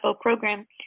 program